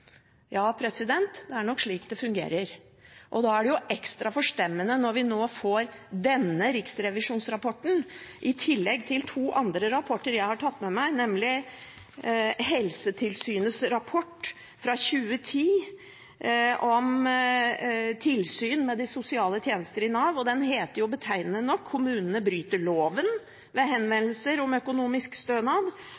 Ja, det er nok slik det fungerer. Og da er det ekstra forstemmende, når vi nå får denne riksrevisjonsrapporten i tillegg til to andre rapporter jeg har tatt med meg, nemlig Helsetilsynets rapport fra 2011 om tilsyn med de sosiale tjenester i Nav, som betegnende nok heter Kommuner bryter loven ved